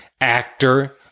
actor